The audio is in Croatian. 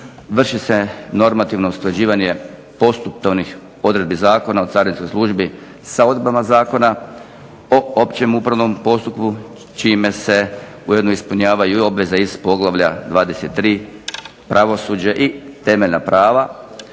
vrši se normativno usklađivanje postupovnih odredbi Zakona o carinskoj službi sa odredbama Zakona o općem upravnom postupku čime se ujedno ispunjavaju i obveze iz poglavlja 23.–Pravosuđe i temeljna prava,